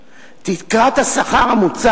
שמעתי היום הערות מחברי כנסת.